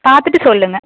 பார்த்துட்டு சொல்லுங்கள்